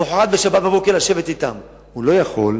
למחרת, בשבת בבוקר, לשבת אתם, הוא לא יכול,